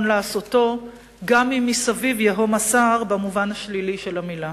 לעשותו גם אם "מסביב ייהום הסער" במובן השלילי של המלה.